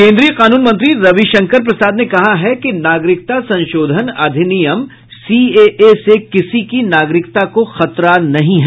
केंद्रीय कानून मंत्री रविशंकर प्रसाद ने कहा है कि नागरिकता संशोधन अधिनियम सीएए से किसी की नागरिकता को खतरा नहीं है